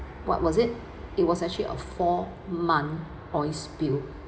what was it it was actually a four month oil spill